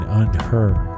unheard